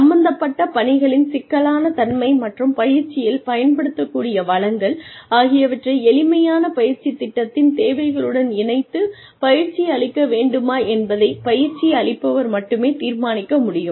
சம்பந்தப்பட்ட பணிகளின் சிக்கலான தன்மை மற்றும் பயிற்சியில் பயன்படுத்தக்கூடிய வளங்கள் ஆகியவற்றை எளிமையான பயிற்சி திட்டத்தின் தேவைகளுடன் இணைத்து பயிற்சி அளிக்க வேண்டுமா என்பதைப் பயிற்சி அளிப்பவர் மட்டுமே தீர்மானிக்க முடியும்